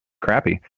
crappy